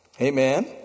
Amen